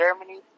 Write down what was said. Germany